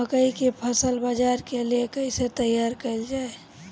मकई के फसल बाजार के लिए कइसे तैयार कईले जाए?